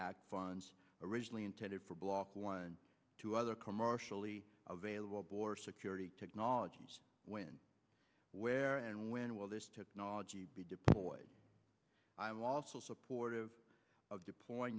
act funds originally intended for block one and two other commercially available border security technologies when where and when will this technology be deployed i'm also supportive of deploy